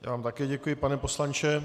Já vám také děkuji, pane poslanče.